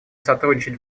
сотрудничать